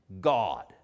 God